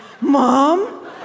mom